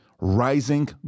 Rising